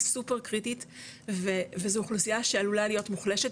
סופר קריטית וזו אוכלוסייה שעלולה להיות מוחלשת